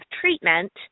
treatment